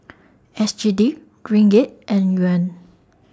S G D Ringgit and Yuan